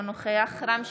נוכח רם שפע,